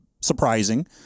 Surprising